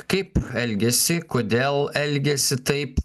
kaip elgiasi kodėl elgiasi taip